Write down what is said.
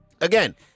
again